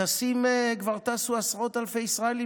כבר טסו עשרות אלפי ישראלים,